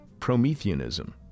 Prometheanism